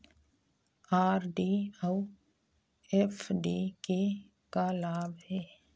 RD अऊ FD के का लाभ हे?